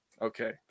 okay